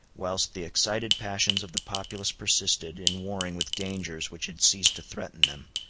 whilst the excited passions of the populace persisted in warring with dangers which had ceased to threaten them,